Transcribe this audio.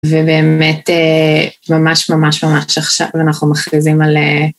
ובאמת, ממש ממש ממש עכשיו אנחנו מכריזים על...